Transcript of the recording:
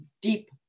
deep